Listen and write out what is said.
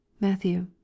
Matthew